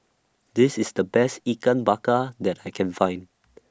This IS The Best Ikan Bakar that I Can Find